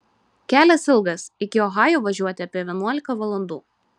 kelias ilgas iki ohajo važiuoti apie vienuolika valandų